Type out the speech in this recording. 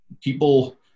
People